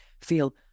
feel